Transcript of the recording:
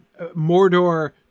mordor